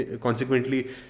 Consequently